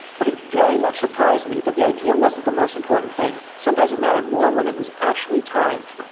but it very much surprised me that the idea wasn't the most important thing. sometimes it mattered more when it was actually timed.